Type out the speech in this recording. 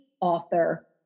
author